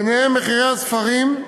ביניהם מחירי הספרים,